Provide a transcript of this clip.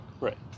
Right